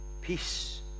peace